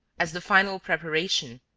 as the final preparation,